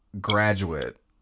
graduate